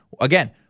Again